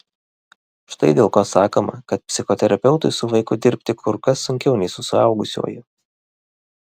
štai dėl ko sakoma kad psichoterapeutui su vaiku dirbti kur kas sunkiau nei su suaugusiuoju